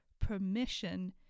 permission